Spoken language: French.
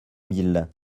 mille